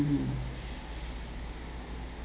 mmhmm